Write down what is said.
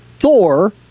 Thor